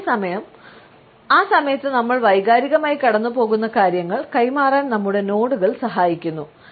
അതേസമയം ആ സമയത്ത് നമ്മൾ വൈകാരികമായി കടന്നുപോകുന്ന കാര്യങ്ങൾ കൈമാറാൻ നമ്മുടെ നോഡുകൾ സഹായിക്കുന്നു